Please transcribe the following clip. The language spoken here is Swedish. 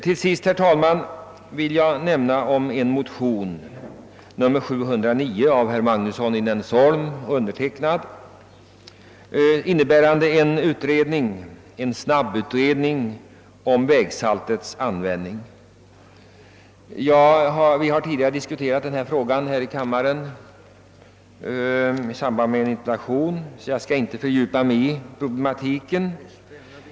Till sist vill jag, herr talman, säga några ord om en motion, II: 709, av herr Magnusson i Nennesholm och undertecknad, som gäller snabbutredning om vägsaltets användning. Vi har tidigare diskuterat denna fråga här i kammaren i samband med besvarandet av en interpellation, och därför skall jag inte fördjupa mig i problematiken.